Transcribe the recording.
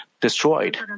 destroyed